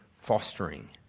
fostering